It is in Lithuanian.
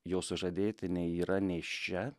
jo sužadėtinė yra nėščia